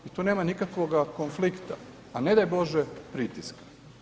I tu nema nikakvoga konflikta a ne daj Bože pritiska.